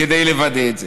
כדי לוודא את זה.